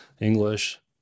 english